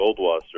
Goldwasser